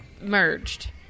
merged